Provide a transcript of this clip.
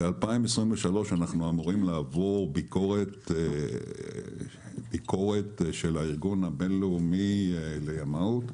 ב-2023 אנחנו אמורים לעבור ביקורת של הארגון הבין-לאומי לימאות,